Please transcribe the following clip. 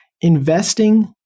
Investing